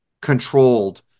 controlled